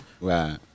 Right